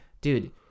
dude